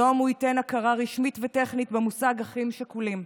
היום הוא ייתן הכרה רשמית וטכנית במושג "אחים שכולים"